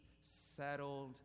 settled